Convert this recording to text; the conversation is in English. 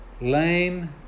lame